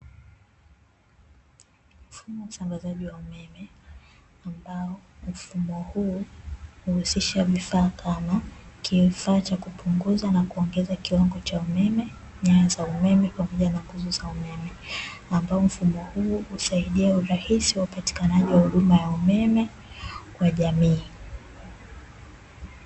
Mfumo wa usambazaji wa umeme ambao mfumo huu huhusisha vifaa kama, kifaa cha kupunguza na kuongeza kiwango cha umeme, nyaya za umeme, pamoja na nguzo za umeme. Ambao mfumo huu husaidia urahisi wa upatikanaji wa huduma ya umeme kwa jamii